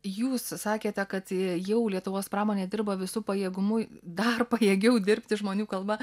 jūs sakėte kad jau lietuvos pramonė dirba visu pajėgumu dar pajėgiau dirbti žmonių kalba